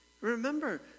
Remember